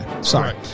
Sorry